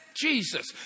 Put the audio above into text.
Jesus